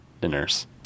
dinners